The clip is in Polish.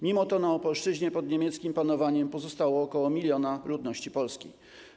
Mimo to na Opolszczyźnie pod niemieckim panowaniem pozostało ok. 1 mln ludności polskiej.